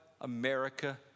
America